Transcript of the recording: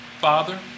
Father